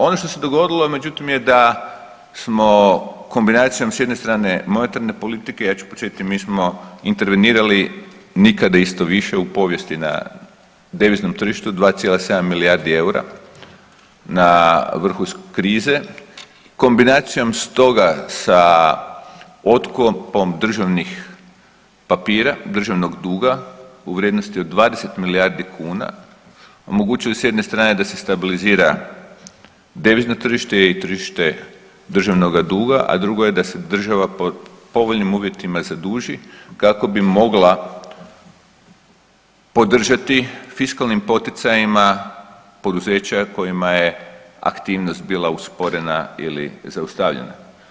Ono što se dogodilo međutim je da smo kombinacijom s jedne strane monetarne politike, ja ću podsjetiti mi smo intervenirali nikada isto više u povijesti na deviznom tržištu 2,7 milijardi EUR-a na vrhuncu krize, kombinacijom stoga sa otkupom državnih papira, državnog duga u vrijednosti od 20 milijardi kuna, omogućili s jedne strane da se stabilizira devizno tržište i tržište državnoga duga, a drugo je da se država pod povoljnim uvjetima zaduži kako bi mogla podržati fiskalnim poticajima poduzeća kojima je aktivnost bila usporena ili zaustavljena.